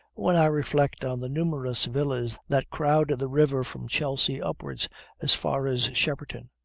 when i reflect on the numerous villas that crowd the river from chelsea upwards as far as shepperton,